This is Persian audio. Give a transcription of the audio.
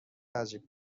عجیب